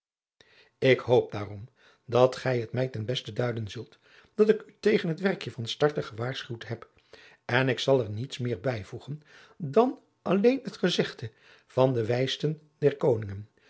ik hoop daarom dat gij het mij ten beste duiden zult dat ik u tegen het werkje van starter gewaarschuwd heb en ik zal er niets meer bijvoegen dan alleen het gezegde van den wijsten der